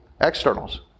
externals